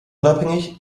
unabhängig